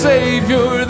Savior